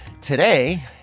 today